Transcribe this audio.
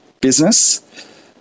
business